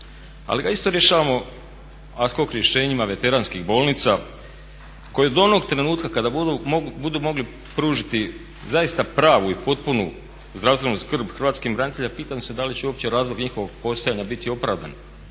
Ali ga isto rješavamo ad hoc rješenjima veteranskih bolnica koje do onog trenutka kada budu mogli pružiti zaista pravu i potpunu zdravstvenu skrb hrvatskim braniteljima, pitam se da li će uopće razlog njihovog postojanja biti opravdan